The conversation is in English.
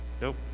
Nope